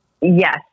Yes